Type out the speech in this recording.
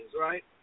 right